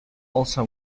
also